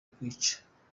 kwica